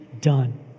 done